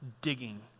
digging